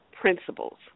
principles